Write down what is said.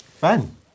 Ben